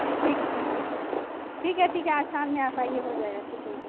ٹھیک ہے ٹھیک ہے ٹھیک ہے آج شام میں آپ آئیے ہو جائے گا ٹھیک ہے